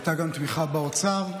הייתה גם תמיכה באוצר.